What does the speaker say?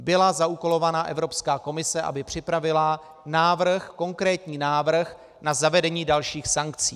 Byla zaúkolována Evropská komise, aby připravila návrh, konkrétní návrh na zavedení dalších sankcí.